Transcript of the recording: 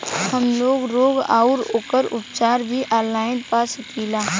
हमलोग रोग अउर ओकर उपचार भी ऑनलाइन पा सकीला?